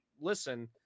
listen